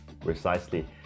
Precisely